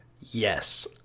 Yes